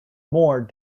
more